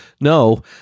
no